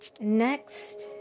Next